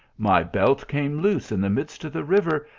my belt came loose in the midst of the river,